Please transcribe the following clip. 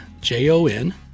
J-O-N